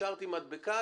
השארתי מדבקה.